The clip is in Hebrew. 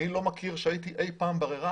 אני לא מכיר הייתי אי פעם בררן.